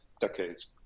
decades